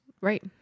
Right